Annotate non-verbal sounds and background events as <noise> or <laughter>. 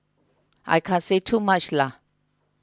I can't say too much <hesitation>